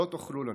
לא תוכלו לנו.